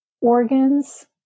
organs